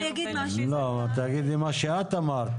לא, תגידי מה שאת אמרת.